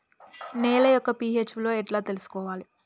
నేల యొక్క పి.హెచ్ విలువ ఎట్లా తెలుసుకోవాలి?